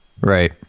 Right